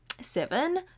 Seven